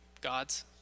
God's